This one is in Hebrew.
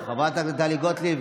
לא, לא, חברת הכנסת טלי גוטליב.